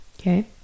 Okay